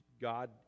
God